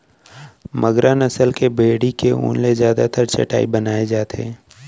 मगरा नसल के भेड़ी के ऊन ले जादातर चटाई बनाए जाथे